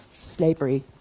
slavery